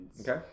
Okay